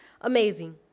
amazing